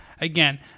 Again